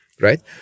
Right